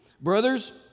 Brothers